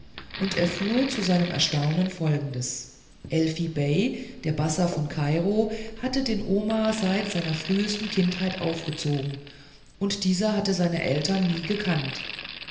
und erfuhr zu seinem erstaunen folgendes elfi bei der bassa von kairo hatte den omar seit seiner frühesten kindheit erzogen und dieser hatte seine eltern nie gekannt